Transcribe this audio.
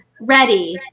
ready